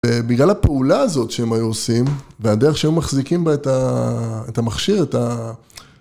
בגלל הפעולה הזאת שהם היו עושים, והדרך שהיו מחזיקים בה את המכשיר, את ה...